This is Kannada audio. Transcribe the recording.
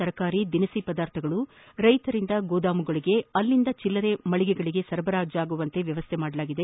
ತರಕಾರಿ ದಿನಸಿ ಪದಾರ್ಥಗಳು ರೈತರಿಂದ ಗೋದಾಮುಗಳಿಗೆ ಅಲ್ಲಿಂದ ಚಿಲ್ಲರೆ ಮಳಿಗೆಗಳಿಗೆ ಸರಬರಾಜಾಗುವಂತೆ ವ್ಯವಸ್ಥೆ ಮಾಡಲಾಗಿದೆ